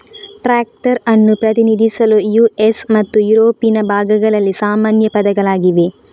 tractor ಅನ್ನು ಪ್ರತಿನಿಧಿಸಲು US ಮತ್ತು ಯುರೋಪಿನ ಭಾಗಗಳಲ್ಲಿ ಸಾಮಾನ್ಯ ಪದಗಳಾಗಿವೆ